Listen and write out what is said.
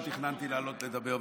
לא תכננתי לעלות לדבר.